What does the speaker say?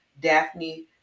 Daphne